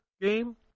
game